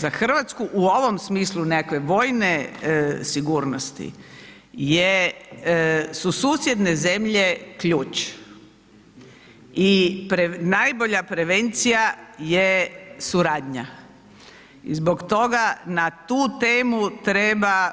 Za RH u ovom smislu nekakve vojne sigurnosti je, su susjedne zemlje ključ i najbolja prevencija je suradnja i zbog toga na tu temu treba,